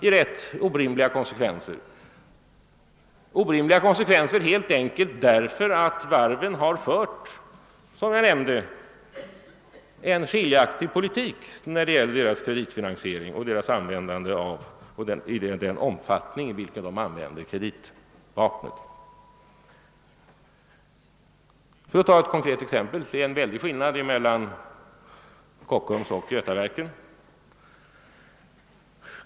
hamnar man i rätt orimliga konsekvenser, helt enkelt därför att varven — som jag nämnde — har fört en skiljaktig politik när det gäller kreditfinansiering och den omfattning i vilken de använder kreditvapnet. a : För att ta ett konkret exempel är det en väldig skillnad mellan Kockums och Götaverken.